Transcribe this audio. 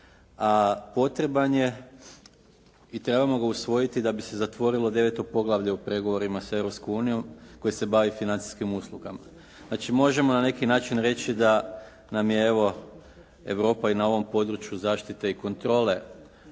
a potreban je i trebamo ga usvojiti da bi se zatvorilo deveto poglavlje u pregovorima sa Europskom unijom koje se bavi financijskim uslugama. Znači možemo na neki način reći da nam je evo Europa i na ovom području zaštite i kontrole